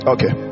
Okay